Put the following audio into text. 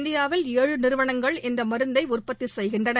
இந்தியாவில் ஏழு நிறுவனங்கள் இந்தமருந்தைஉற்பத்திசெய்கின்றன